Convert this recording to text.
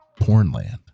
Pornland